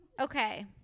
Okay